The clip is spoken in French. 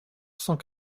cent